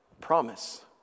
promise